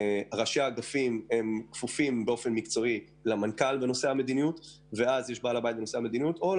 וראשי האגפים כפופים לו בנושא המדיניות או להגיד,